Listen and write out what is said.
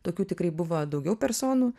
tokių tikrai buvo daugiau personų